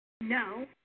No